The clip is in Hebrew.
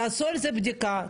תעשו על זה בדיקה,